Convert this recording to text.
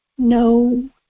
No